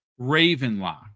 Ravenlock